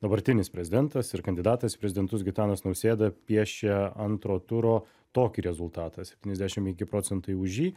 dabartinis prezidentas ir kandidatas į prezidentus gitanas nausėda piešė antro turo tokį rezultatą septyniasdešim penki procentai už jį